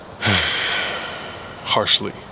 harshly